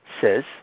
says